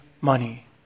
money